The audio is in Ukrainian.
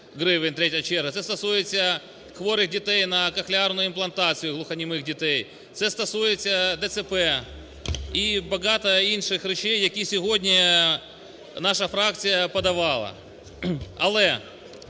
Це стосується хворих дітей на кохлеарну імплантацію, глухонімих дітей. Це стосується ДЦП і багато інших речей, які сьогодні наша фракція подавала.